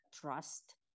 trust